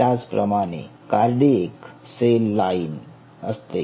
त्याच प्रमाणे cardiac cell line असते